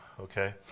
Okay